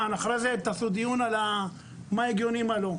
ואחרי זה תעשו דיון על מה שהגיוני ומה לא.